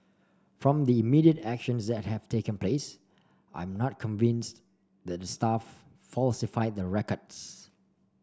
from the immediate actions that have taken place I am not convinced that the staff falsified the records